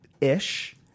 ish